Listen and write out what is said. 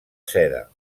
seda